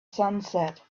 sunset